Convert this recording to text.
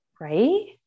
Right